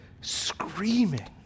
screaming